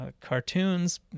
cartoons